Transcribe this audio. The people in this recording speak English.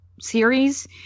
series